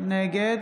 נגד